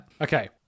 Okay